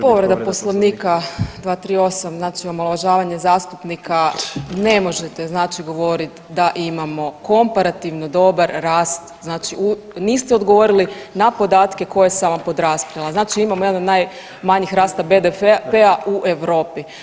Povreda Poslovnika 238., znači omalovažavanje zastupnika, ne možete znači govorit da imamo komparativno dobar rast znači u, niste odgovorili na podatke koje sam vam podastrijela, znači imamo jedan od najmanjih rasta BDP-a u Europi.